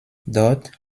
dort